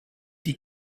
die